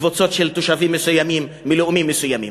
קבוצות של תושבים מסוימים מלאומים מסוימים.